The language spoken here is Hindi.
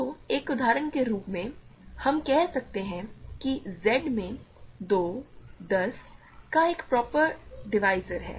तो एक उदाहरण के रूप में हम कह सकते हैं कि Z में 2 10 का एक प्रॉपर डिवीज़र है